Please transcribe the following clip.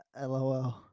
LOL